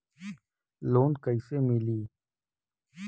Loan कइसे मिलि?